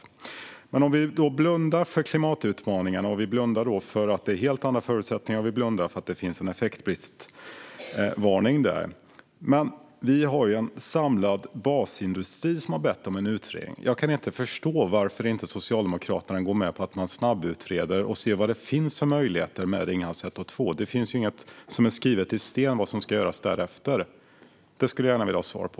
Även om vi blundar för klimatutmaningarna, för att det är helt andra förutsättningar och för att det finns en effektbristvarning, har vi en samlad basindustri som har bett om en utredning. Jag kan inte förstå varför Socialdemokraterna inte går med på att snabbutreda och se vad det finns för möjligheter med Ringhals 1 och 2. Det är inget som är hugget i sten om vad som ska göras därefter. Detta skulle jag gärna vilja ha svar på.